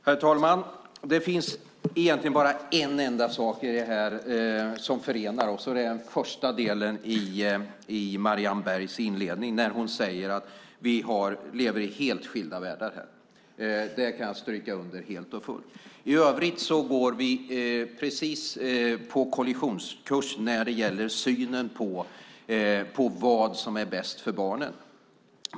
Herr talman! Det finns egentligen bara en enda sak i det här som förenar oss, och det är det som kom fram i den första delen i Marianne Bergs inlägg. Hon säger att vi lever i helt skilda världar. Det kan jag skriva under på helt och fullt. I övrigt går vi precis på kollisionskurs när det gäller synen på vad som är bäst för barnen.